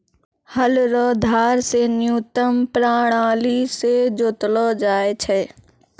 हल रो धार से न्यूतम प्राणाली से जोतलो जाय छै